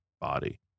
body